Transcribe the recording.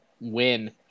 win